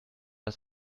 das